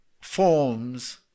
forms